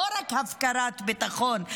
לא רק הפקרת הביטחון.